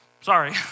sorry